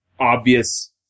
obvious